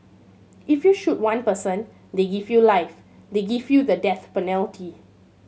if you shoot one person they give you life they give you the death penalty